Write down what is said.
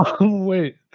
Wait